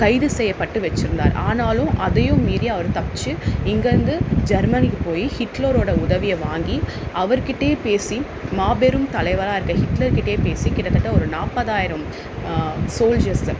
கைது செய்யபட்டு வச்சுருந்தாரு ஆனாலும் அதையும் மீறி அவர் தப்பிச்சி இங்கேயிருந்து ஜெர்மெனிக்கு போய் ஹிட்லரோடய உதவிய வாங்கி அவர் கிட்டேயே பேசி மாபெரும் தலைவராக இருக்கற ஹிட்லர் கிட்டேயே பேசி கிட்டத்தட்ட ஒரு நாற்பதாயிரம் சோல்ஜர்ஸை